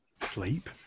Sleep